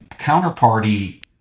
counterparty